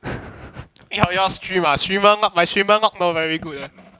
要要 stream ah stream ah but my stream ah not very good leh